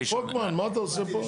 פולקמן, מה אתה עושה פה?